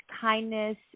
kindness